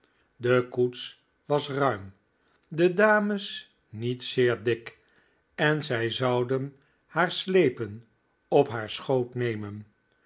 de koets was ruim de dames niet zeer dik en zij zouden haar slepen op haar schoot nemen